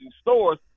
stores